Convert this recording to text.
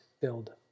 build